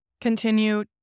continue